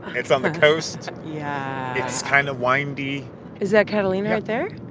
it's on the coast yeah it's kind of windy is that catalina right there?